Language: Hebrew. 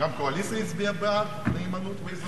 גם הקואליציה הצביעה בעד נאמנות ואזרחות?